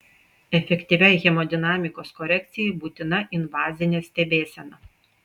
efektyviai hemodinamikos korekcijai būtina invazinė stebėsena